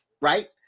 Right